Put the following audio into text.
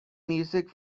music